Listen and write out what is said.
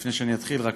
לפני שאתחיל אני רק